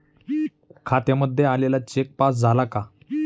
खात्यामध्ये आलेला cheque pass झाला का?